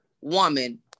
woman